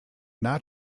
not